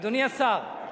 אדוני השר.